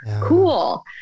cool